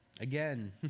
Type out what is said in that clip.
Again